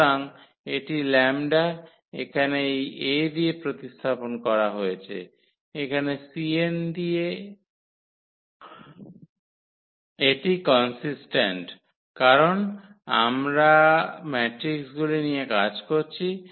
সুতরাং এটি 𝜆 এখানে এই A দিয়ে প্রতিস্থাপন করা হয়েছে এখানে cn দিয়ে এটি কন্সিস্ট্যান্ট কারণ এখন আমরা ম্যাট্রিকগুলি নিয়ে কাজ করছি